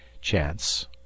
Chance